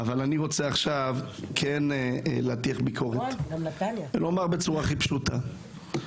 אני רוצה להטיח ביקורת ולומר בצורה הכי פשוטה,